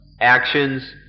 actions